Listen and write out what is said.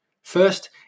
First